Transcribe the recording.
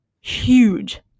huge